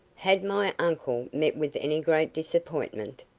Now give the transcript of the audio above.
had my uncle met with any great disappointment?